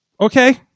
okay